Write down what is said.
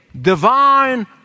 divine